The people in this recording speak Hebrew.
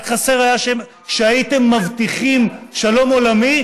רק חסר היה שהייתם מבטיחים שלום עולמי